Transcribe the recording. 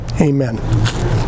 Amen